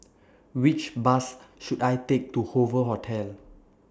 Which Bus should I Take to Hoover Hotel